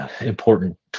important